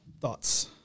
Thoughts